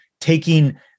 taking